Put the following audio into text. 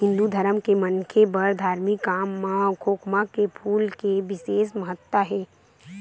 हिंदू धरम के मनखे बर धारमिक काम म खोखमा के फूल के बिसेस महत्ता हे